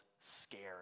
scary